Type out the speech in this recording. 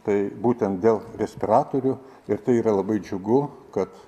tai būtent dėl respiratorių ir tai yra labai džiugu kad